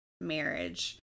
marriage